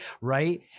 Right